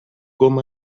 com